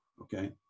Okay